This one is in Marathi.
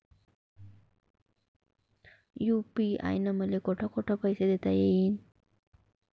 यू.पी.आय न मले कोठ कोठ पैसे देता येईन?